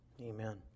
Amen